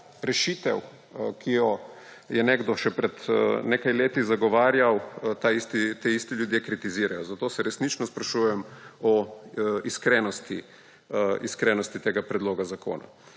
rešitev, ki jo je nekdo še pred nekaj leti zagovarjal, ti isti ljudje kritizirajo. Zato se resnično sprašujem o iskrenosti tega predloga zakona.